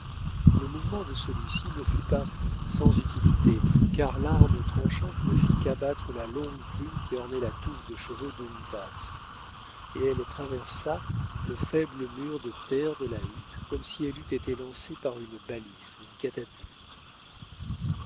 le mouvement de celui-ci ne fut pas sans utilité car l'arme tranchante ne fit qu'abattre la longue plume qui ornait la touffe de cheveux d'uncas et elle traversa le faible mur de terre de la hutte comme si elle eût été lancée par une baliste ou une catapulte